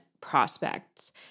prospects